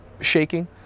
shaking